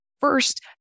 first